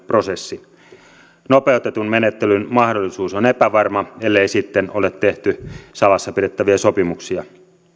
prosessi nopeutetun menettelyn mahdollisuus on epävarma ellei sitten ole tehty salassa pidettäviä sopimuksia